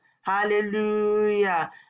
Hallelujah